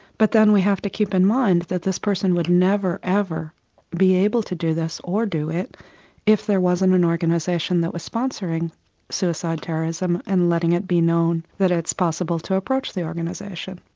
but then we have to keep in mind that this person would never, ever be able to do this, or do it if there wasn't an organisation that was sponsoring suicide terrorism and letting it be known that it's possible to approach the organisation.